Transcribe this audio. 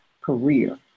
career